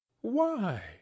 Why